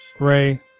Ray